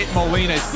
Molina